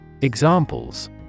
Examples